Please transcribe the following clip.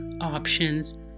options